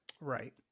right